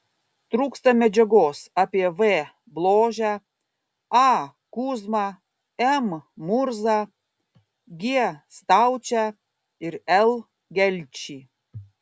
trūksta medžiagos apie v bložę a kuzmą m murzą g staučę ir l gelčį